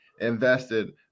invested